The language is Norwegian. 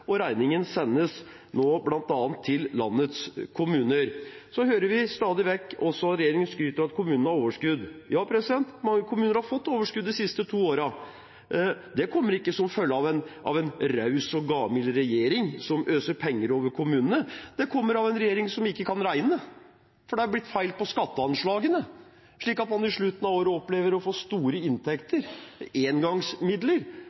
og regningen sendes nå bl.a. til landets kommuner. Vi hører også stadig vekk regjeringen skryte av at kommunene har overskudd. Ja, mange kommuner har fått overskudd de siste to årene. Men det kommer ikke som følge av en raus og gavmild regjering som øser penger over kommunene. Det kommer av en regjering som ikke kan regne, for det er feil på skatteanslagene, slik at man på slutten av året opplever å få store